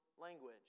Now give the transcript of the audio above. language